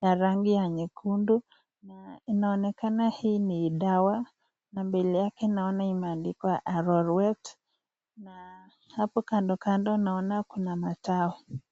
ya rangi ya nyekundu na inaonekana hii ni dawa na mbele yake naona imeandikwa Arorwet na hapo kando kando naona kuna matawi.